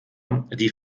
die